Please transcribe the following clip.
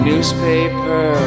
Newspaper